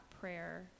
prayer